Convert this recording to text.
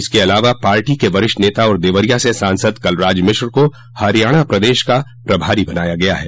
इसके अलावा पार्टी के वरिष्ठ नेता और देवरिया से सांसद कलराज मिश्र को हरियाणा प्रदेश का प्रभारी बनाया गया है